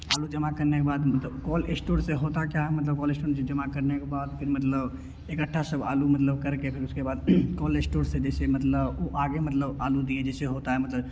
आलू जमा करने के बाद मतलब कॉल इश्टोर से होता क्या है मतलब कॉल इश्टोर में जो जमा करने के बाद फिर मतलब इकठ्ठा सब आलू मतलब करके फिर उसके बाद कॉल इश्टोर से जेसे मतलब उ आगे मतलब आलू दिए जैसे होता है मतलब